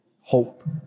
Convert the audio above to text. hope